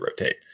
rotate